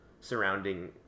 surrounding